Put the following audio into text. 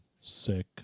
sick